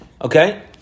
Okay